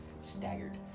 staggered